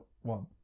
one